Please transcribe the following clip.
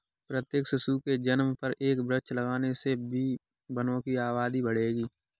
प्रत्येक शिशु के जन्म पर एक वृक्ष लगाने से भी वनों की आबादी बढ़ेगी